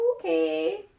Okay